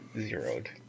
zeroed